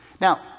Now